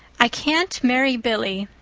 i can't marry billy,